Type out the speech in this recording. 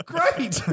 Great